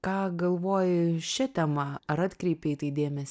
ką galvoji šia tema ar atkreipei į tai dėmesį